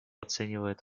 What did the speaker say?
оценивает